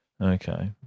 Okay